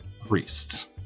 priests